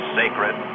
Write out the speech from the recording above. sacred